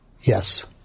Yes